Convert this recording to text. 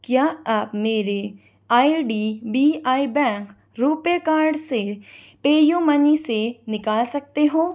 क्या आप मेरे I D B I bank RuPay card को पेयू मनी से निकाल सकते हो